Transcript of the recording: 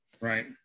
Right